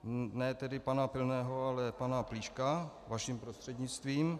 Ne tedy pana Pilného, ale pana Plíška, vaším prostřednictvím.